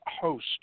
host